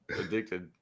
Addicted